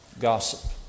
Gossip